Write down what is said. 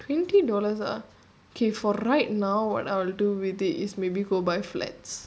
twenty dollars ah K for right now what I will do with it is maybe go buy flats